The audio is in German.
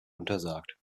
untersagt